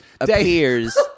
appears